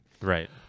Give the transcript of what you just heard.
Right